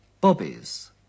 Bobbies